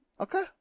Okay